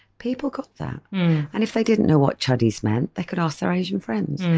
people got that and if they didn't know what chuddies meant they could ask their asian friends.